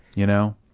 you know?